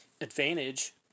Advantage